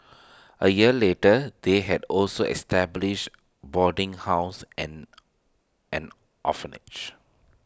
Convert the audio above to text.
A year later they had also established boarding house and an orphanage